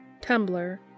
Tumblr